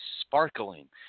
sparkling